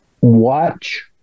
watch